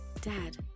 Dad